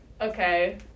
Okay